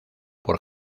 por